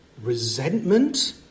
resentment